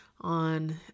on